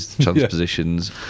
transpositions